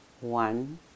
one